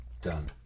Done